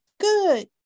good